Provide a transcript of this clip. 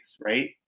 right